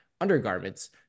undergarments